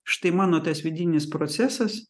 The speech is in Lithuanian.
štai mano tas vidinis procesas